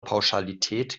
pauschalität